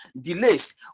delays